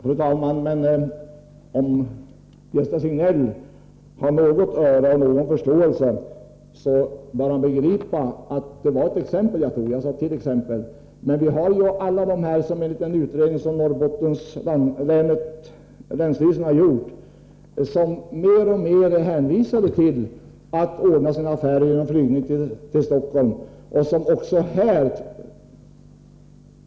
Fru talman! Om Sven-Gösta Signell har något förstånd bör han begripa att det var ett exempel som jag tog— jag sade t.ex. Vi har ju alla de som, enligt en utredning som länsstyrelsen i Norrbotten har gjort, mer och mer är hänvisade till att ordna sina affärer genom flygning till Stockholm.